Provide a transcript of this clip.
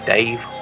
Dave